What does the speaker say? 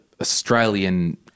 Australian